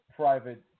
private